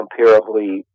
comparably